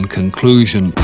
conclusion